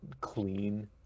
clean